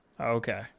okay